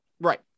Right